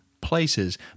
places